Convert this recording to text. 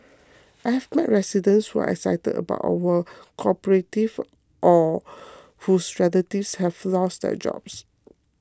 I've met residents who are excited about our cooperative or whose relatives have lost their jobs